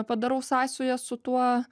padarau sąsajas su tuo